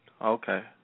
Okay